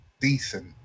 decent